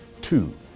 Two